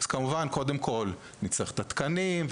כמובן שקודם כל נצטרך את התקנים,